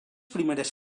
primeres